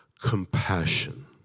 compassion